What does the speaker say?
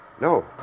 no